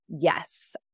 yes